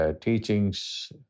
teachings